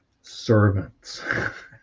servants